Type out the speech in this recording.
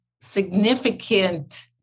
significant